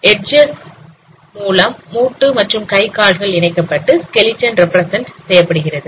edges மூலம் முட்டு மற்றும் கை கால்கள் இணைக்கப்பட்டு ஸ்கெலிடன் ரெப்பிரசன்ட் செய்யப்படுகிறது